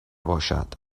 باشد